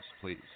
please